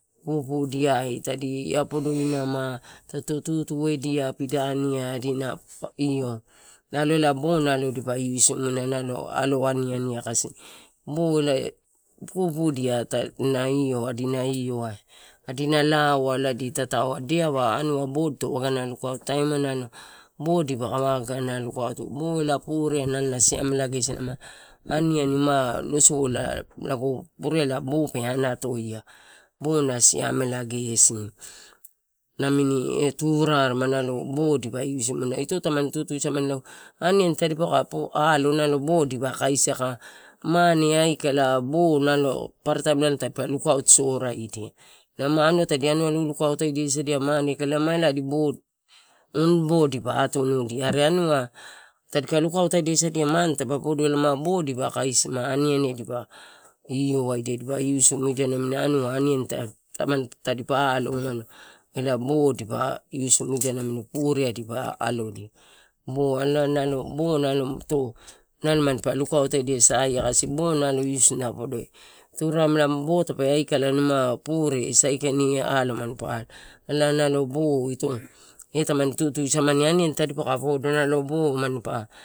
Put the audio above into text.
Pupu diai tadi apododiama a tututu edia pidaniai adina io. Nalo na bo dipa iusimui nalo ani ani ai bo elae pupudia ta na io adina ioai. Adina lao ladi bo dito waga lukautaina dedeaua ena taim eh bo dipa ka waka lukautaina, bo elae pure ai na siamela gesi soma ani ani ma iosola mala go, purela bo pe anatoai ana na siamela gesi namini tururema bo dipa iusimu dia, ito tamani tutusama ni nalo, ani ani tadipa alo bo dipa kaisi, aka mane aikala bo nalo papara taim dipa lukauto sora dia. Ema anua tadi amela lu-lukautane sadia mane aikala uma adi bo, oun bo dipa atunudia anua tadi ka lukauto sadia, ma mane tape podo ma bo dipa kaisima, ani ani ai dipa io waidia iusimudia tamani, tadipa alo. Elae bo dipa iusimudia na mini pureai dipa aloidia. Bo alai bo ito nalo manipa lukautaedia kasi bo na podoi, turareme bo tape akula, pure saikain alo manpa alo. Elae bo eh tamani tutu samani ani ani tadikae podo elae nalo bo manipa.